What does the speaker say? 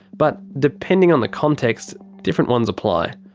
but depending on the context, different ones apply.